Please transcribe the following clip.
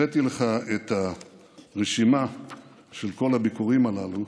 הבאתי לך את הרשימה של כל הביקורים הללו,